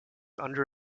under